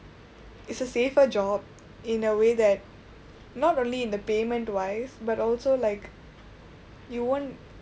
it's a safer job in a way that not only in the payment wise but also like you won't